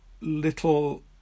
little